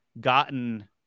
gotten